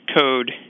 code